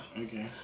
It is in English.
Okay